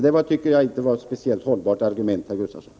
Det är inte ett särskilt hållbart argument, herr Gustafsson.